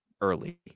early